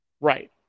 Right